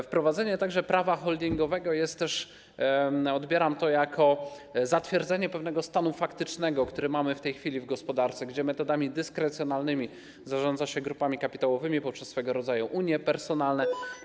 Wprowadzenie także prawa holdingowego odbieram jako zatwierdzenie pewnego stanu faktycznego, który mamy w tej chwili w gospodarce, gdzie metodami dyskrecjonalnymi zarządza się grupami kapitałowymi poprzez swego rodzaju unie personalne.